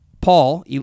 Paul